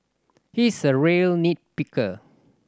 he is a real nit picker